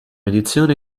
edizione